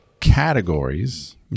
categories